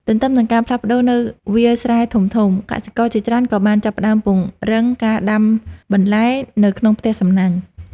ទន្ទឹមនឹងការផ្លាស់ប្តូរនៅវាលស្រែធំៗ កសិករជាច្រើនក៏បានចាប់ផ្តើមពង្រឹងការដាំបន្លែនៅក្នុងផ្ទះសំណាញ់។